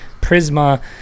Prisma